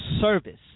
service